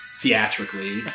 theatrically